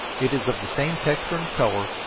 it is of the same texture and color,